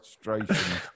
frustration